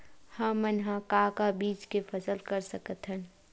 हमन ह का का बीज के फसल कर सकत हन?